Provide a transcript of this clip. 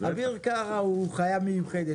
אביר קארה הוא חיה מיוחדת,